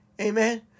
Amen